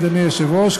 אדוני היושב-ראש,